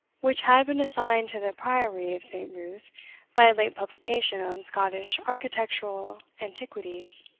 which had been assigned to the priory of st. ruth by a late publication on scottish architectural antiquities.